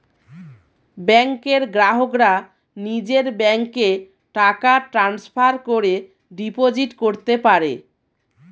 ব্যাংকের গ্রাহকরা নিজের ব্যাংকে টাকা ট্রান্সফার করে ডিপোজিট করতে পারে